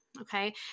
okay